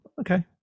okay